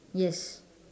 yes